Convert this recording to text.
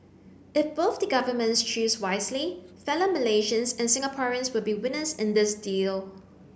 if both the governments choose wisely fellow Malaysians and Singaporeans will be winners in this deal